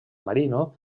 marino